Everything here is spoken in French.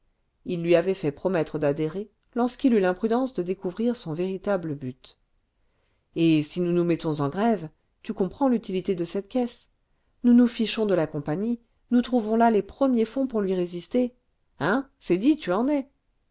il lui avait fait promettre d'adhérer lorsqu'il eut l'imprudence de découvrir son véritable but et si nous nous mettons en grève tu comprends l'utilité de cette caisse nous nous fichons de la compagnie nous trouvons là les premiers fonds pour lui résister hein c'est dit tu en es